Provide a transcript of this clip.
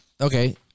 okay